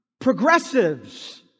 progressives